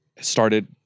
started